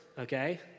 okay